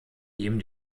ihm